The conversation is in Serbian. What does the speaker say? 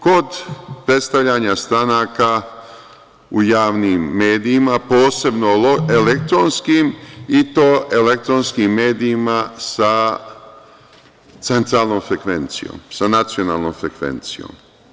Kod predstavljanja stranaka u javnim medijima, posebno elektronskim, i to elektronskim medijima sa centralnom frekvencijom, sa nacionalnom frekvencijom.